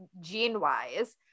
gene-wise